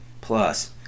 Plus